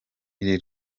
iri